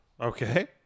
Okay